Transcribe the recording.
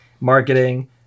marketing